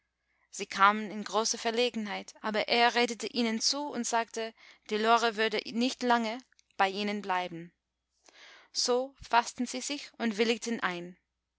sie kamen in große verlegenheit aber er redete ihnen zu und sagte die lore würde nicht lange bei ihnen bleiben so faßten sie sich und willigten ein